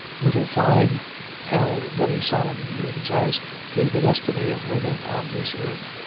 little fyne held very solemn views as to the destiny of women on this earth,